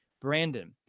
Brandon